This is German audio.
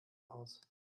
aus